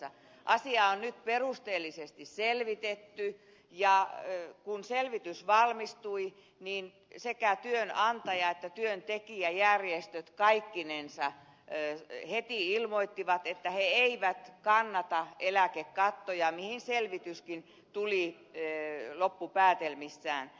asia on nyt perusteellisesti selvitetty ja kun selvitys valmistui niin sekä työnantaja että työntekijäjärjestöt kaikkinensa heti ilmoittivat että he eivät kannata eläkekattoja mihin selvityskin tuli loppupäätelmissään